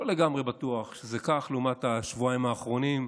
לא לגמרי בטוח שזה כך, לנוכח השבועיים האחרונים,